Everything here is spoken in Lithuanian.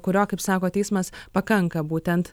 kurio kaip sako teismas pakanka būtent